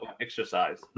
exercise